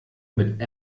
mit